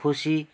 खुसी